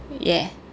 yeah